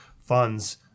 funds